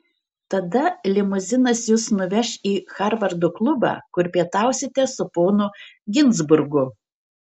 tada limuzinas jus nuveš į harvardo klubą kur pietausite su ponu ginzburgu